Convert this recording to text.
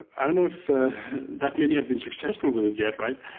i don't know if that many have been successful with it yet, right?